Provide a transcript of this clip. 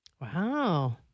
Wow